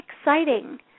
exciting